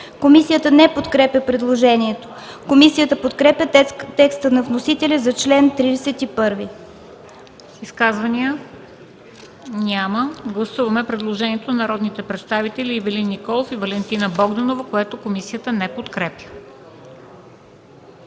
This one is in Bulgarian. Комисията не подкрепя предложението. Комисията подкрепя текста на вносителя за чл. 31. ПРЕДСЕДАТЕЛ МЕНДА СТОЯНОВА: Изказвания? Няма. Гласуваме предложението на народните представители Ивелин Николов и Валентина Богданова, което комисията не подкрепя.